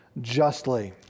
justly